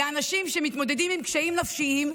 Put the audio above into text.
לאנשים שמתמודדים עם קשיים נפשיים,